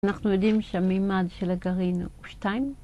אנחנו יודעים שהמימד של הגרעין הוא שתיים.